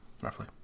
roughly